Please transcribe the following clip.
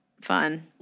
fun